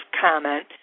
comment